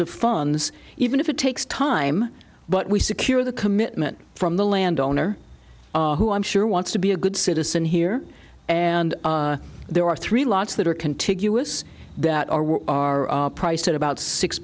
of funds even if it takes time but we secure the commitment from the landowner who i'm sure wants to be a good citizen here and there are three lots that are contiguous that are priced at about six